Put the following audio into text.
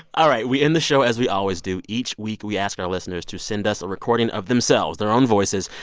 all right, we end the show as we always do. each week, we ask our listeners to send us a recording of themselves, their own voices,